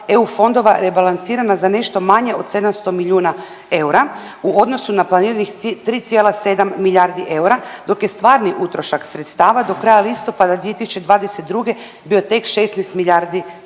EU fondova rebalansirana za nešto manje od 700 milijuna eura u odnosu na planiranih 3,7 milijardi eura, dok je stvarni utrošak sredstava do kraja listopada 2022. bio tek 16 milijardi kuna.